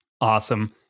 Awesome